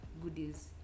goodies